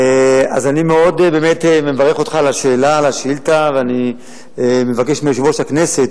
אז אני באמת מאוד מברך אותך על השאילתא ואני מבקש מיושב-ראש הכנסת,